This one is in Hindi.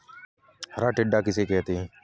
हरा टिड्डा किसे कहते हैं?